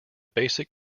basic